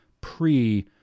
pre-